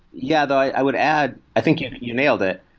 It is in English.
yeah. though, i would add i think you you nailed it.